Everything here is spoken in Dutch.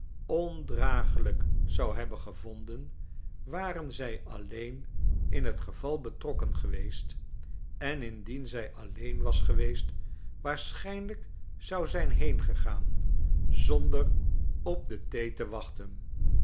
ondragelijk zou hebben gevonden ware zij alleen in het geval betrokken geweest en indien zij alleen was geweest waarschijnlijk zou zijn heengegaan zonder op de thee te wachten